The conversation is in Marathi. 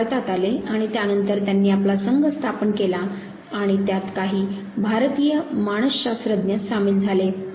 ते भारतात आले आणि त्यानंतर त्यांनी आपला संघ स्थापन केला आणि त्यात काही भारतीय मानसशास्त्रज्ञ सामील झाले